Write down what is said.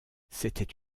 c’était